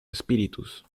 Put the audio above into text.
espíritus